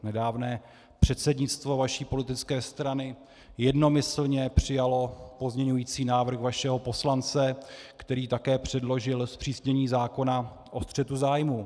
Nedávné předsednictvo vaší politické strany jednomyslně přijalo pozměňující návrh vašeho poslance, který také předložil zpřísnění zákona o střetu zájmů.